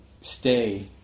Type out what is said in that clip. stay